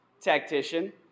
tactician